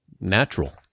natural